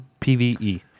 PvE